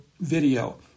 video